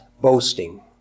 boasting